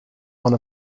one